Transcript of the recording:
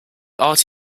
art